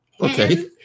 Okay